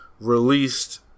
released